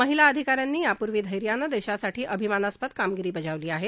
महिला अधिकाऱ्यांनी यापूर्वी धैर्यानं देशांसाठी अभिमानस्पद कामगिरी बजावली आहे